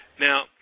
Now